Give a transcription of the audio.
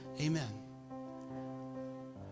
Amen